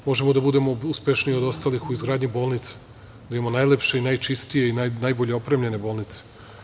Možemo da budemo uspešniji od ostalih u izgradnji bolnica, da imamo najlepše, najčistije i najbolje opremljene bolnice.